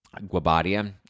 Guabadia